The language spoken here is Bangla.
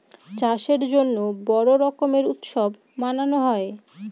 চাষের জন্য বড়ো রকম উৎসব মানানো হয়